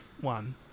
one